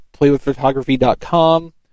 playwithphotography.com